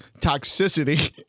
toxicity